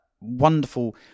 wonderful